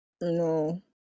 No